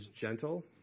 gentle